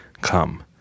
come